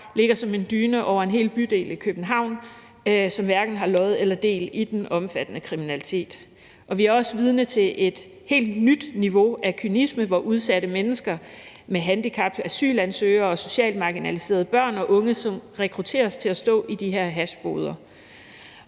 ligger som en dyne over en hel bydel i København, som hverken har lod eller del i den omfattende kriminalitet. Vi er også vidne til et helt nyt niveau af kynisme, hvor udsatte mennesker med handicap, asylansøgere og socialt marginaliserede børn og unge rekrutteres til at stå i de her hashboder.